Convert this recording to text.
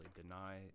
deny